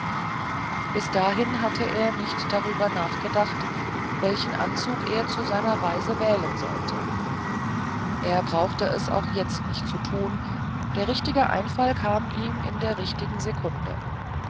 bis dahin hatte er nicht darüber nachgedacht welchen anzug er zu seiner reise wählen sollte er brauchte es auch jetzt nicht zu tun der richtige einfall kam in der richtigen sekunde